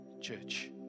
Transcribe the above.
church